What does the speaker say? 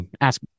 Ask